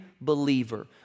believer